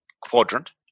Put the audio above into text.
quadrant